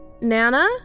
Nana